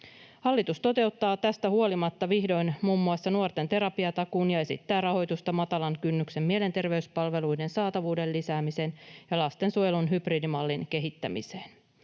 Hallitus toteuttaa tästä huolimatta vihdoin muun muassa nuorten terapiatakuun ja esittää rahoitusta matalan kynnyksen mielenterveyspalveluiden saatavuuden lisäämiseen ja lastensuojelun hybridimallin kehittämiseen.